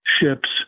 ships